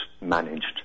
managed